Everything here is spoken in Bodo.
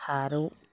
फारौ